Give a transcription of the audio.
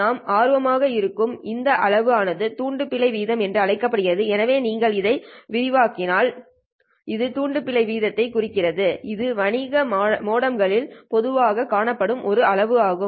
நாம் ஆர்வமாக இருக்கும் இதன் அளவு ஆனது துண்டு பிழை வீதம் என்று அழைக்கப்படுகிறது எனவே நீங்கள் இதை விரிவாக்கினால் இது துண்டு பிழை வீதத்தை குறிக்கிறது இது வணிக மோடம்களில் பொதுவாகக் காணப்படும் ஒரு அளவு ஆகும்